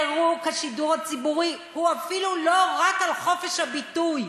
פירוק תאגיד השידור הציבורי הוא אפילו לא רק על חופש הביטוי.